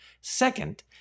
Second